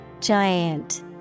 Giant